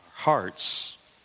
hearts